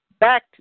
back